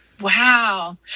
Wow